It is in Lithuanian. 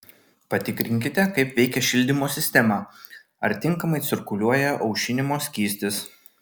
patikrinkite kaip veikia šildymo sistema ar tinkamai cirkuliuoja aušinimo skystis